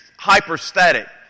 hyperstatic